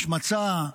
השמצה,